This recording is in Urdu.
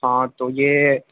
ہاں تو یہ